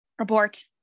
abort